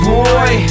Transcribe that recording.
boy